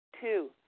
Two